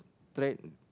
trait